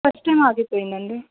first time ఆగిపోయింది అండి